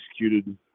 executed